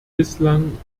bislang